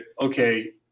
okay